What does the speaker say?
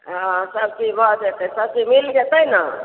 हँ सब चीज भऽ जेतै सब चीज मिल जेतै ने